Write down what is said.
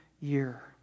year